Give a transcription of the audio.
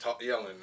yelling